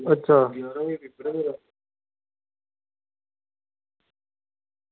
अच्छा